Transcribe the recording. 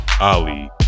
Ali